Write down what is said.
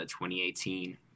2018